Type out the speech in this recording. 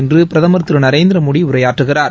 இன்று பிரதமர் திரு நரேந்திரமோடி உரையாற்றுகிறார்